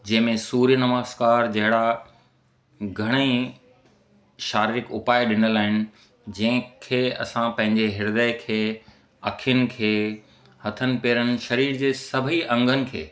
जंहिं में सूर्य नमस्कार जहिड़ा घणेई शारीरिक उपाय ॾिनल आहिनि जंहिंखे असां पंहिंजे ह्रदय खे अखियुनि खे हथनि पेरनि सरीर जे सभेई अंङनि खे